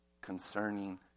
concerning